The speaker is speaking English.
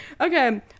Okay